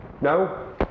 No